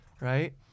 right